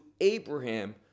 Abraham